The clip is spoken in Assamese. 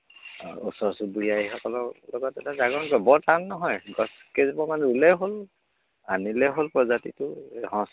ওচৰ চুবুৰীয়া এইসকলৰ লগত এটা জাগৰণ হ'ব বৰ টান নহয় গছ কেইজোপামান ৰুলেই হ'ল আনিলেই হ'ল প্ৰজাতিটো এই সঁচ